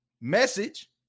Message